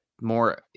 more